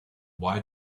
why